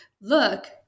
look